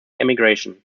emigration